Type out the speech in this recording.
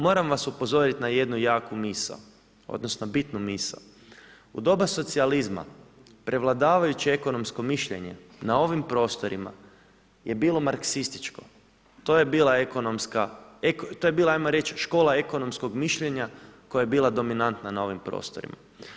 Moram vas upozoriti na jednu jaku misao, odnosno, bitnu misao, u doba socijalizma, prevladavajući ekonomsko mišljenje na ovim prostorima je bilo marksističko, to je bila ekonomska, to je bila, ajmo reći, škola ekonomskog mišljenja, koja je bila dominantna na ovim prostorima.